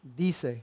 dice